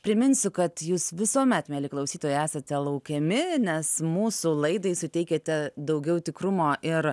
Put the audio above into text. priminsiu kad jūs visuomet mieli klausytojai esate laukiami nes mūsų laidai suteikiate daugiau tikrumo ir